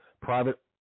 private –